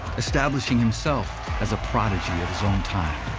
establishing himself as a prodigy of his own time.